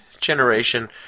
generation